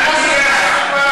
אל תהיי השכפ"ץ.